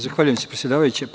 Zahvaljujem se, predsedavajuća.